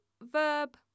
verb